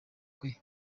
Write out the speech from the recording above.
kwe